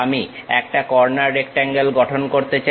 আমি একটা corner rectangle গঠন করতে চাই